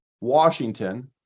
Washington